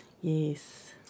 Yes